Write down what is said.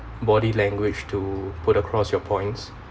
body language to put across your points